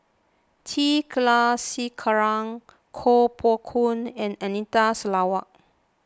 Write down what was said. T Kulasekaram Kuo Pao Kun and Anita Sarawak